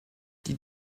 die